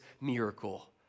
miracle